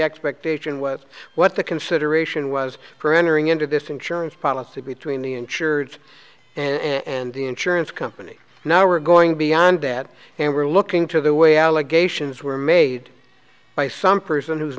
expectation was what the consideration was for entering into this insurance policy between the insured and the insurance company now we're going beyond that and we're looking to the way allegations were made by some person who